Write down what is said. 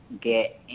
get